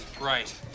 right